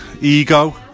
Ego